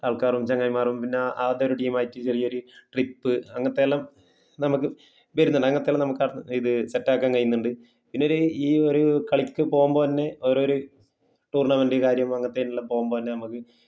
ആൾക്കാറും ചങ്ങാതിമാറും പിന്നെ അതൊരു ടീം ആയിട്ട് ചെറിയൊരു ട്രിപ്പ് അങ്ങനത്തെ എല്ലാം നമുക്ക് വരുന്നുണ്ട് അങ്ങനത്തെ എല്ലാം നമുക്ക് അവിടെ നിന്ന് ഇത് സെറ്റ് ആക്കാൻ കയിന്ന്ണ്ട് പിന്നെ ഒരു ഈ ഒരു കളിക്ക് പോവുമ്പോൾ തന്നെ ഓരോ ഒരു ടൂർണമെൻറ് കാര്യം അങ്ങനത്തതിനെല്ലാം പോവുമ്പോൾ തന്നെ നമ്മൾക്ക്